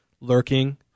lurking